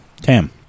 Tam